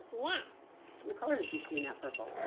yeah what colors do you see in that purple?